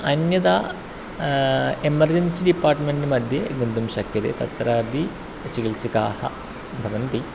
अन्यथा emergency department मध्ये गन्तुं शक्यते तत्रापि चिकित्सकाः भवन्ति